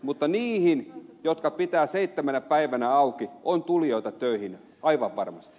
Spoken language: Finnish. mutta niihin jotka pitävät seitsemänä päivänä auki on tulijoita töihin aivan varmasti